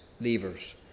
levers